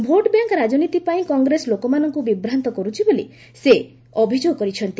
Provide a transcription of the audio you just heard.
vote bank ରାଜନୀତି ପାଇଁ କଂଗ୍ରେସ ଲୋକମାନଙ୍କୁ ବିଭ୍ରାନ୍ତ କରୁଛି ବୋଲି ସେ ଅଭିଯୋଗ କରିଛନ୍ତି